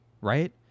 Right